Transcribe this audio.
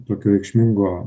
tokio reikšmingo